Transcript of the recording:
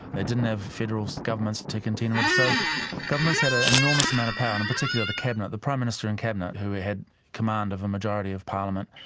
they didn't have federal governments to content with, so governments had an enormous amount of power, and particularly the cabinet. the prime minister and cabinet, who had command of a majority of parliament,